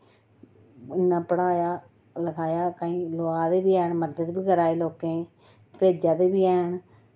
इन्ना पढ़ाया लखाया केईं लोआ दे बी हैन मदद बी करा दे लोकें दी भेजा दे बी हैन